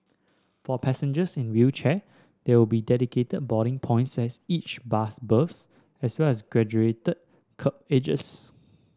for passengers in wheelchair there will be dedicated boarding points at each bus berth as well as graduated kerb edges